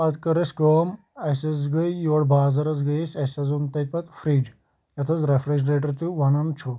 پَتہٕ کٔر اَسہِ کٲم اَسہِ حظ گٔے یور بازر حظ گٔے أسۍ اَسہِ حظ اوٚن تَتہِ پَتہٕ فِرٛج یَتھ حظ ریفرِجریٹر تہِ وَنان چھُ